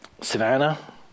Savannah